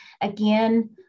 Again